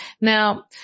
Now